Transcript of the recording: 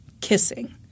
kissing –